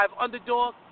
underdog